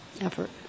effort